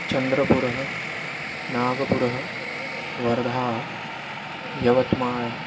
चन्द्रपुरः नागपुरः वर्धा यवत्माळः